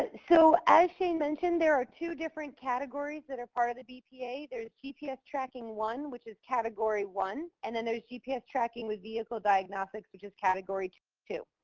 ah so as she mentioned, there are two different categories that are part of the bpa. there's gps tracking one, which is category one. and then there's gps tracking with vehicle diagnostics, which is category two.